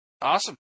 Awesome